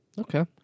Okay